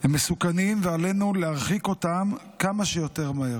הם מסוכנים, ועלינו להרחיק אותם כמה שיותר מהר.